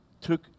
took